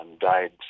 died